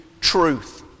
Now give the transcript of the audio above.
truth